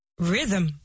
Rhythm